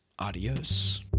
Adios